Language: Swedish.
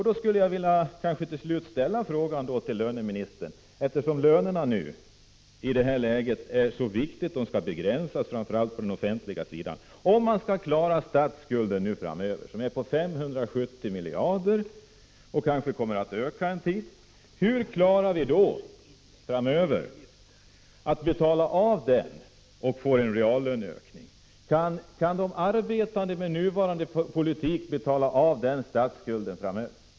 Då skulle jag till slut vilja fråga löneministern, eftersom det i detta läge är så viktigt att lönerna begränsas, framför allt på den offentliga sidan: Hur skall vi kunna klara statsskulden på 570 miljarder kronor och samtidigt få en reallöneökning? Kan de arbetande med nuvarande politik betala av den statsskulden?